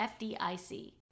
FDIC